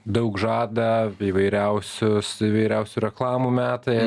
daug žada įvairiausius įvairiausių reklamų meta